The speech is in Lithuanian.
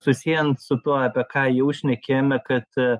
susiejant su tuo apie ką jau šnekėjome kad